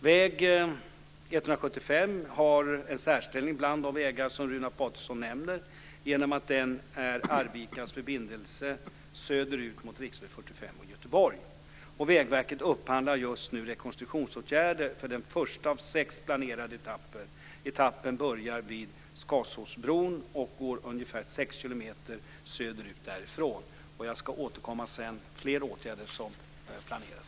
Väg 175 har en särställning bland de vägar som han nämner genom att den är Arvikas förbindelse söderut mot riksväg 45 och Göteborg. Vägverket upphandlar just nu rekonstruktionsåtgärder för den första av sex planerade etapper. Etappen börjar vid Skasåsbron och går ungefär sex kilometer söderut därifrån. Jag ska återkomma till fler åtgärder som planeras.